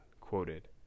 quoted